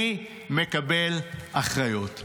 אני מקבל אחריות.